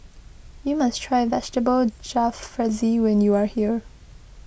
you must try Vegetable Jalfrezi when you are here